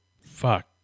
fuck